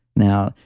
now,